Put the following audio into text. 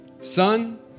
Son